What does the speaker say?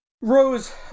Rose